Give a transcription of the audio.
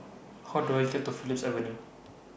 How Do I get to Phillips Avenue